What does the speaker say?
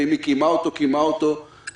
ואם היא קיימה אותו היא עשתה זאת תוך